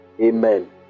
Amen